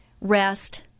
Rest